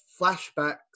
flashbacks